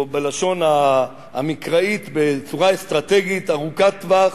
או, בלשון המקראית, בצורה אסטרטגית ארוכת טווח,